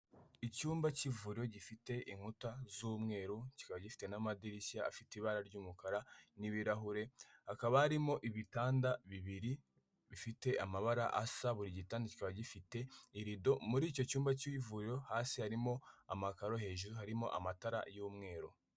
Icyumba cy'ivuriro gifite inkuta z'umweru, kikaba gifite n'amadirishya afite ibara ry'umukara n'ibirahure, hakaba harimo ibitanda bibiri bifite amabara asa, buri gitanda kikaba gifite irido, muri icyo cyumba cy'ivuriro hasi harimo amakaro hejuru harimo amatara y'umweru.